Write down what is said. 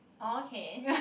okay